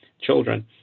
children